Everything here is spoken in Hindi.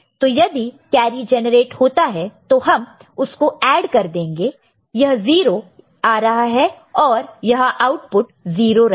तो यदि कैरी जेनरेट होता है तो हम उसको एड कर देंगे यह 0 आ रहा है और यह आउटपुट 0 रहेगा